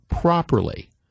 properly